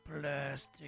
plastic